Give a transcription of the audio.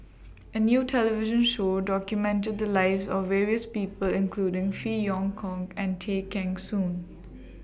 A New television Show documented The Lives of various People including Phey Yew Kok and Tay Kheng Soon